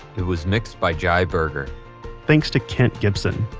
it was mixed by jai berger thanks to kent gibson.